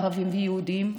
ערבים ויהודים,